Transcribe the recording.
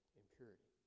impurity